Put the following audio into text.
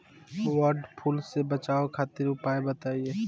वड फ्लू से बचाव खातिर उपाय बताई?